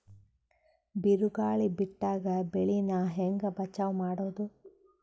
ಬಿರುಗಾಳಿ ಬಿಟ್ಟಾಗ ಬೆಳಿ ನಾ ಹೆಂಗ ಬಚಾವ್ ಮಾಡೊದು?